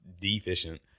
deficient